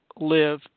live